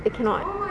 I cannot